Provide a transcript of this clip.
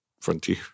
Frontier